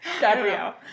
Gabrielle